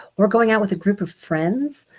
or going out with a group of friends,